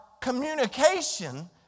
communication